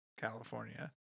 California